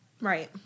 Right